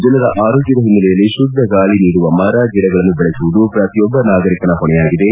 ಜನರ ಆರೋಗ್ಭದ ಹಿನ್ನೆಲೆಯಲ್ಲಿ ಶುದ್ದ ಗಾಳಿ ನೀಡುವ ಮರ ಗಿಡಗಳನ್ನು ಬೆಳೆಸುವುದು ಪ್ರತಿಯೊಬ್ಬ ನಾಗರಿಕನ ಹೊಣೆಯಾಗಿದೆ